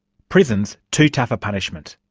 prison is too tough a punishment.